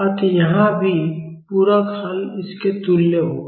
अत यहाँ भी पूरक हल इसके तुल्य होगा